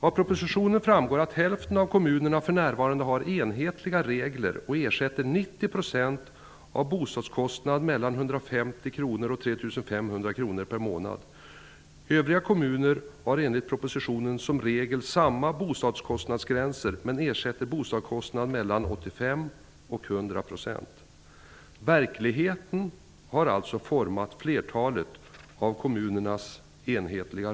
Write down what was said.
Av propositionen framgår att hälften av kommunerna för närvarande har enhetliga regler och ersätter 90 % av bostadskostnad mellan 150 kr och 3 500 kr per månad. Övriga kommuner har enligt propositionen som regel samma bostadskostnadsgränser men ersätter bostadskostnad med mellan 85 och 100 %. Verkligheten har alltså format reglerna i flertalet av kommunerna.